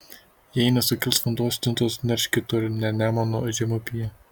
jei nesukils vanduo stintos nerš kitur ne nemuno žemupyje